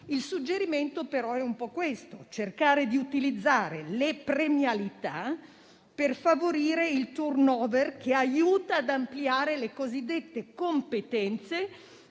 il suggerimento è cercare di utilizzare le premialità per favorire il *turnover* che aiuta ad ampliare le cosiddette competenze